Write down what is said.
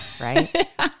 right